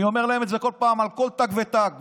אני אומר להם את זה כל פעם על כל תג ותג,